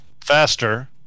faster